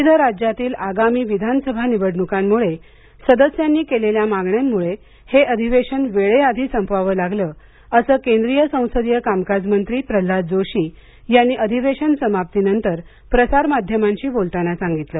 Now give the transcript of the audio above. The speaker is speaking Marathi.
विविध राज्यातील आगामी विधानसभा निवडणुकांमुळे सदस्यांनी केलेल्या मागण्यांमुळे हे अधिवेशन वेळेआधी संपवावं लागलं असं केंद्रीय संसदीय कामकाज मंत्री प्रह्णाद जोशी यांनी अधिवेशन समाप्तीनंतर प्रसार माध्यमांशी बोलताना सांगितलं